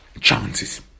chances